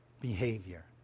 behavior